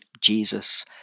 Jesus